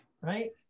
right